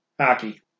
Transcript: Hockey